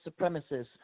supremacists